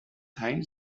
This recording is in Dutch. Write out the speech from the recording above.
hein